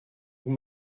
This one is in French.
vous